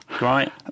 right